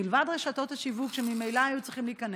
מלבד רשתות השיווק, שממילא היו צריכות להיכנס,